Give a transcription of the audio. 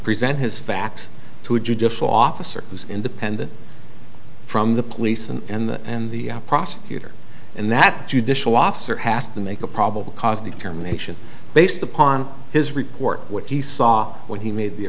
present his facts to a judicial officer who's independent from the police and the prosecutor and that judicial officer has to make a probable cause determination based upon his report what he saw when he made the